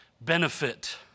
benefit